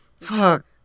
Fuck